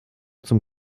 zum